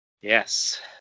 yes